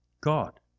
God